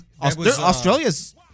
Australia's